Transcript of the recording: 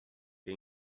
che